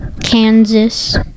Kansas